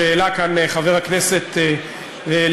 שהעלה כאן חבר הכנסת לוי.